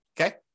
okay